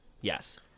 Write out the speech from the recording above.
Yes